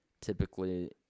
typically